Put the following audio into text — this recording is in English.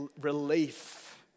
relief